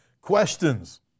questions